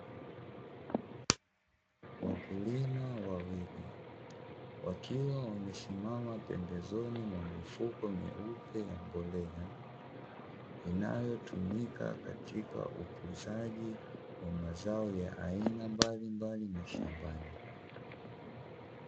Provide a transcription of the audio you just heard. Wakulima wawili wakiwa wamesimama pembezoni mwa mifuko meupe ya mbolea, inayotumika katika ukuzaji wa mazao ya aina mbalimbali mashambani.